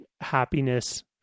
happiness